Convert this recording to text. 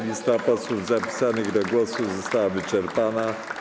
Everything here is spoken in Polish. Lista posłów zapisanych do głosu została wyczerpana.